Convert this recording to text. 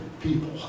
people